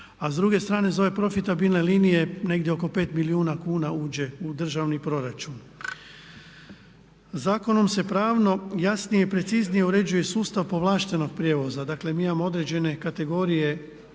A s druge strane za ove profitabilne linije negdje oko 5 milijuna kuna uđe u državni proračun. Zakonom se pravno jasnije i preciznije uređuje sustav povlaštenog prijevoza, dakle mi imamo određene kategorije